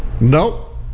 Nope